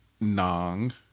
Nong